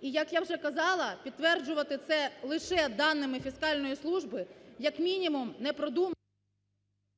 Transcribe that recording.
І як я вже казала, підтверджувати це лише даними фіскальної служби як мінімум… ГОЛОВУЮЧИЙ.